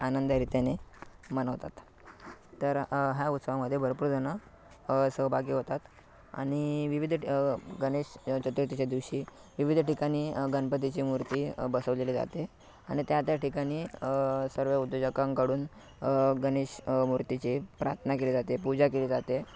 आनंदरीत्याने मनवतात तर ह्या उत्सवामध्ये भरपूर जणं सहभागी होतात आणि विविध टि गणेश चतुर्थीच्या दिवशी विविध ठिकाणी गणपतीची मूर्ती बसवलेली जाते आणि त्या त्या ठिकाणी सर्व उद्योजकांकडून गणेश मूर्तीचे प्रार्थना केली जाते पूजा केली जाते